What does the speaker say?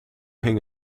hing